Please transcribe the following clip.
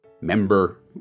member